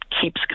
keeps